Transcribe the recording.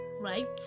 right